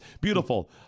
beautiful